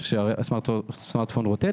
שהסמארטפון רוטט